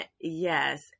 Yes